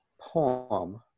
poem